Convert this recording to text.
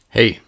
Hey